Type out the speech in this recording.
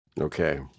Okay